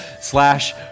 slash